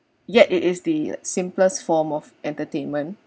yet it is the simplest form of entertainment